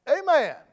Amen